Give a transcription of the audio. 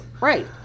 right